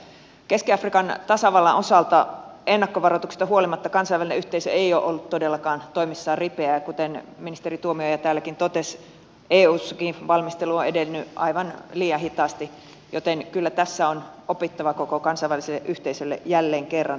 keski afrikan tasavallan osalta ennakkovaroituksista huolimatta kansainvälinen yhteisö ei ole ollut todellakaan toimissaan ripeä ja kuten ministeri tuomioja täälläkin totesi eussakin valmistelu on edennyt aivan liian hitaasti joten kyllä tässä on opittavaa koko kansainväliselle yhteisölle jälleen kerran